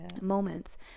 moments